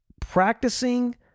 practicing